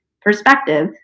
perspective